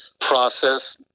process